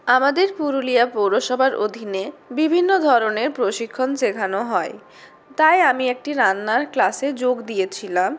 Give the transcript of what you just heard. আমাদের পুরুলিয়া পৌরসভার অধীনে বিভিন্ন ধরনের প্রশিক্ষণ শেখানো হয় তাই আমি একটি রান্নার ক্লাসে যোগ দিয়েছিলাম